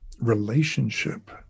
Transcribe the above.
relationship